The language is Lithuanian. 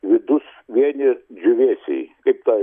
vidus vieni džiuvėsiai kaip tą